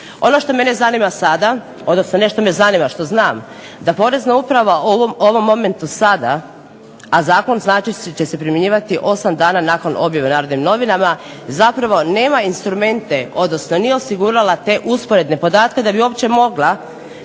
ono što mene zanima sada, odnosno ne što me zanima, što znam, da Porezna uprava u ovom momentu sada, a zakon znači će se primjenjivati 8 dana nakon objave u "Narodnim novinama" zapravo nema instrumente, odnosno nije osigurala te usporedne podatke da bi uopće mogla